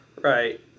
right